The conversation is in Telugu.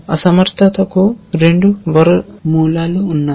అసమర్థతకు రెండు మూలాలు ఉన్నాయి